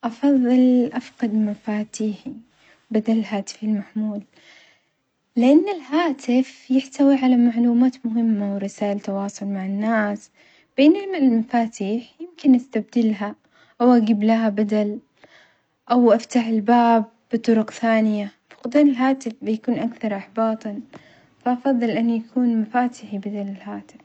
أفظل أفقد مفاتيحي بدل هاتفي المحمول، لأن الهاتف يحتوي عللى معلومات مهمة ورسايل تواصل مع الناس، بينما المفتيح يمكن أستبدلها أو أجيب لها بدل أو أفتح الباب بطرق ثانية، فقدان الهاتف بيكون أكثر إحباطًا فأفظل إن تكوت مفاتيحي بدل الهاتف.